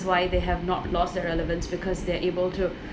why they have not lost that relevance because they're able to